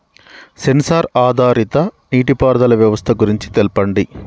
Censor ఆధారిత నీటిపారుదల వ్యవస్థ గురించి తెల్పండి?